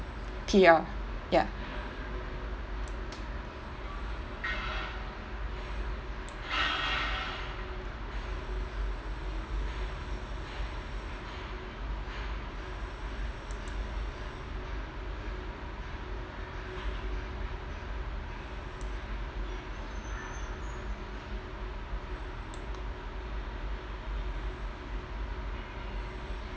P_R ya